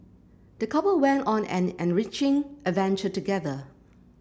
the couple went on an enriching adventure together